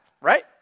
right